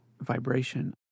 vibration